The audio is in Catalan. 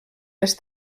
les